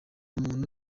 muntu